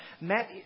Matt